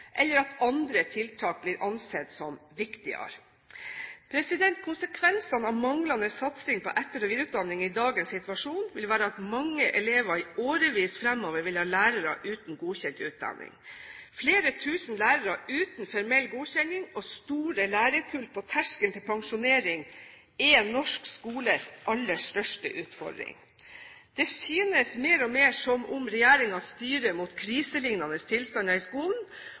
eller at andre tiltak blir ansett som viktigere. Konsekvensene av manglende satsing på etter- og videreutdanning i dagens situasjon vil være at mange elever i årevis fremover vil ha lærere uten godkjent utdanning. Flere tusen lærere uten formell godkjenning og store lærerkull på terskelen til pensjonering er norsk skoles aller største utfordring. Det synes mer og mer som om regjeringen styrer mot kriselignende tilstander i skolen